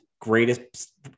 Greatest –